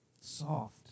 soft